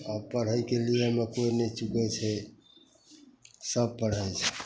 आब पढ़ैके लिए ने कोइ नहि चुकै छै सभ पढ़ै छै